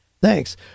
Thanks